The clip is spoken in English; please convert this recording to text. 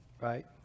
right